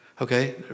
Okay